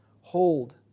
Hold